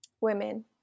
Women